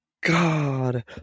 God